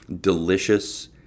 Delicious